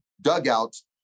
dugouts